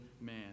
man